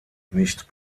nicht